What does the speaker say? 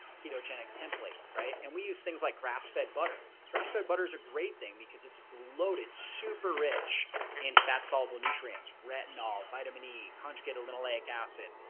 ketogenic template, right and we use things like grass fed butter. grass fed butter is a great thing because it's loaded super rich in fat soluble nutrients, retinol, vitamin e, conjugated linoleic acid,